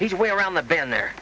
he's way around the been there